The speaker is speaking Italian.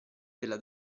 della